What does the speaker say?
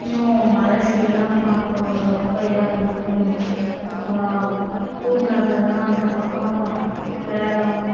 இன்னும் மலை சைடுலாம் பார்க்க ரொம்ப இதாக இருக்கும் பூங்காக்கள்லாம் அந்த பக்கம் கொ விளாடுவாங்க